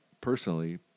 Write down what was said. personally